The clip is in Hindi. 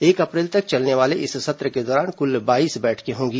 एक अप्रैल तक चलने वाले इस सत्र के दौरान कुल बाईस बैठकें होंगी